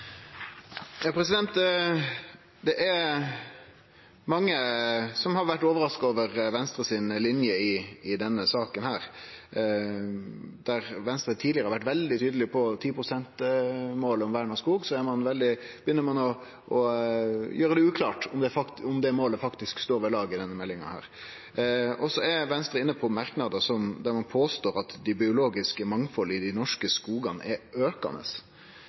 Det er mange som har vore overraska over Venstre si linje i denne saka. Der Venstre tidlegare har vore veldig tydelege på 10 pst.-målet om vern av skog, begynner ein i denne innstillinga å gjere det uklart om det målet faktisk står ved lag. Og Venstre er inne i merknader der ein påstår «at det biologiske mangfoldet i de norske skogene er økende».